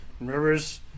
Rivers